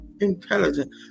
intelligent